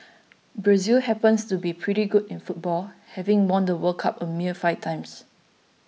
Brazil happens to be pretty good in football having won the World Cup a mere five times